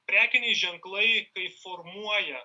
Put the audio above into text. prekiniai ženklai kai formuoja